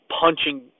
punching